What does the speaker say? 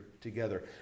together